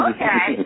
Okay